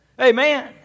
Amen